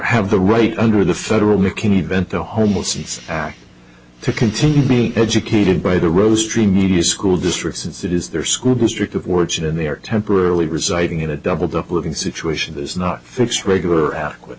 have the right under the federal making event the homelessness act to continue to be educated by the rose tree media school district since it is their school district of words and they are temporarily residing in a doubled up working situation does not fix regular adequate